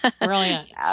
Brilliant